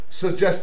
suggest